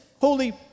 holy